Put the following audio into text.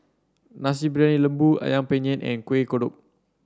Nasi Briyani Lembu ayam Penyet and Kueh Kodok